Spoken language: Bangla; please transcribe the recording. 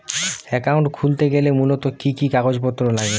অ্যাকাউন্ট খুলতে গেলে মূলত কি কি কাগজপত্র লাগে?